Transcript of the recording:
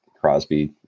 Crosby